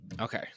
Okay